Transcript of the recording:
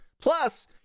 Plus